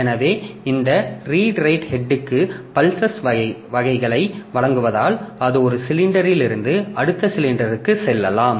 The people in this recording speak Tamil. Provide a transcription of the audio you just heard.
எனவே இந்த ரீடு ரைட் ஹெட்க்கு பல்செஸ் வகைகளை வழங்குவதால் அது ஒரு சிலிண்டரிலிருந்து அடுத்த சிலிண்டருக்கு செல்லலாம்